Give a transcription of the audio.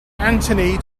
anthony